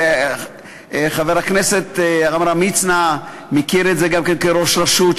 וגם חבר הכנסת עמרם מצנע מכיר את זה כראש רשות,